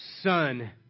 son